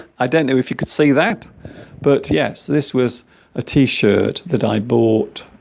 i don't know if you could see that but yes this was a t-shirt that i bought